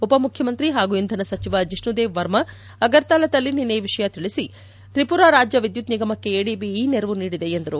ಉಪಮುಖ್ಡಮಂತ್ರಿ ಹಾಗೂ ಇಂಧನ ಸಚಿವ ದಿಷ್ಟುದೇವ್ ವರ್ಮಾ ಅಗರ್ತಲಾದಲ್ಲಿ ನಿನ್ನೆ ಈ ವಿಷಯ ತಿಳಿಸಿ ತ್ರಿಪುರಾ ರಾಜ್ಞ ವಿದ್ಯುತ್ ನಿಗಮಕ್ಕೆ ಎಡಿಬಿ ಈ ನೆರವು ನೀಡಿದೆ ಎಂದರು